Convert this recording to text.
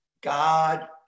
God